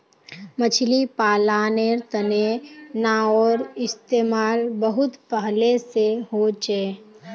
मछली पालानेर तने नाओर इस्तेमाल बहुत पहले से होचे